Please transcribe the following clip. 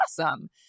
awesome